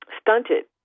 stunted